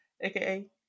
aka